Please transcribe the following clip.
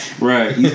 Right